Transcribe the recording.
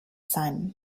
sein